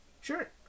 Sure